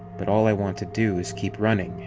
but all i want to do is keep running,